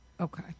Okay